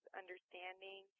understanding